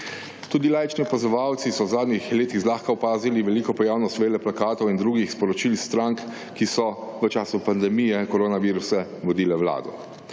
Tudi laični opazovalci so v zadnjih letih zlahka opazili veliko pojavnost veleplakatov in drugih sporočil strank, ki so v času pandemije koronavirusa vodile Vlado.